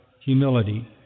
humility